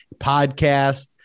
podcast